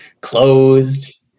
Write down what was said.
Closed